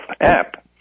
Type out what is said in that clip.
app